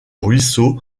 ruisseau